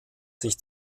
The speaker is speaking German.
sich